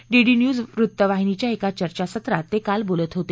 DD News वृत्तवाहिनीच्या एका चर्चा सत्रात ते काल बोलत होते